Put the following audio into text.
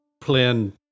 plan